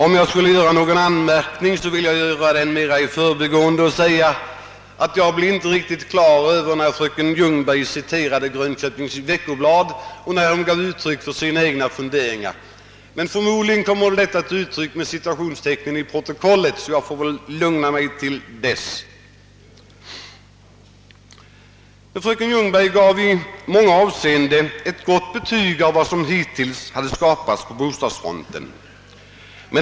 Om jag skall göra någon anmärkning vill jag mera i förbigående säga att jag inte blev riktigt på det klara med när fröken Ljungberg citerade Grönköpings Veckoblad och när hon gav uttryck för sina egna funderingar. Men förmodligen kommer detta att framgå av protokollet, och jag får väl lugna mig tills det föreligger. Fröken Ljungberg gav i många avsenden ett gott betyg åt vad som hittills har skapats på bostadsfronten.